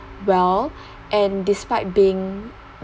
well and despite being